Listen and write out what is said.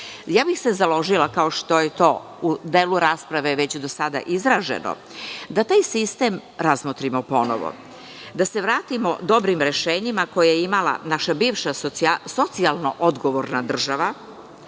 bih se, kao što je to u delu rasprave već do sada izraženo, da taj sistem razmotrimo ponovo. Da se vratimo dobrim rešenjima koje je imala naša bivša socijalno odgovorna država,